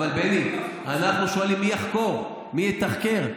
בני, אנחנו שואלים מי יחקור, מי יתחקר.